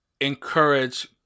encourage